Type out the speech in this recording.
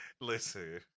Listen